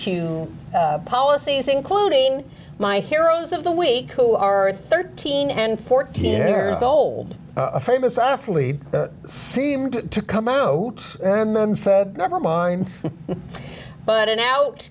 y policies including my heroes of the week who are thirteen and fourteen years old a famous athlete seemed to come out oh never mind but an out